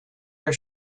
her